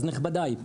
אז, נכבדיי,